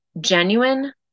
genuine